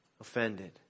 offended